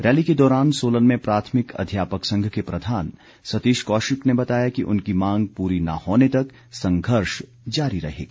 rally के दौरान सोलन में प्राथमिक अध्यापक संघ के प्रधान सतीश कौशिक ने बताया कि उनकी मांग पूरी न होने तक संघर्ष जारी रहेगा